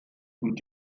und